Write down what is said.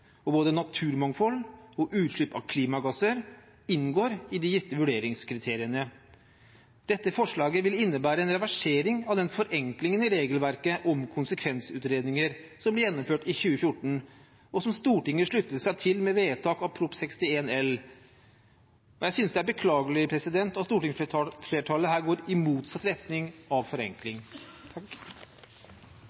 samfunn. Både naturmangfold og utslipp av klimagasser inngår i de gitte vurderingskriteriene. Dette forslaget vil innebære en reversering av den forenklingen i regelverket om konsekvensutredninger som ble gjennomført i 2014, og som Stortinget sluttet seg til med vedtak av Prop. 61 L, og jeg synes det er beklagelig at stortingsflertallet her går i motsatt retning av forenkling.